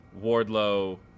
Wardlow